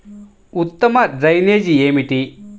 ఉత్తమ డ్రైనేజ్ ఏమిటి?